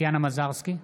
טטיאנה מזרסקי,